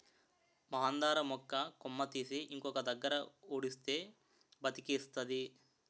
మందార మొక్క కొమ్మ తీసి ఇంకొక దగ్గర ఉడిస్తే బతికేస్తాది